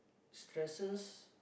stresses